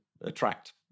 attract